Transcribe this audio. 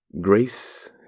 grace